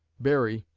berry,